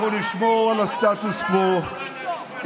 אנחנו נשמור על הסטטוס קוו.